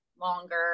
longer